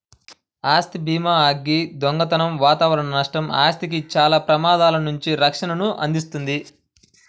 ఆస్తి భీమాఅగ్ని, దొంగతనం వాతావరణ నష్టం, ఆస్తికి చాలా ప్రమాదాల నుండి రక్షణను అందిస్తుంది